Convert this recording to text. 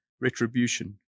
retribution